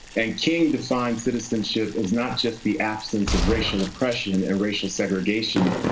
and king defined citizenship as not just the absence of racial oppression and racial segregation.